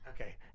Okay